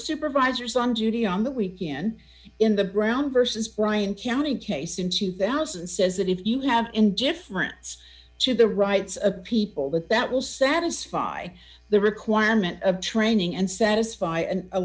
supervisors on duty on the weekend in the brown versus brian county case in two thousand and says that if you have indifference to the rights of people that that will satisfy the requirement of training and satisfy a